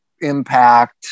impact